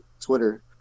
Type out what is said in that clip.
Twitter